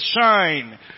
shine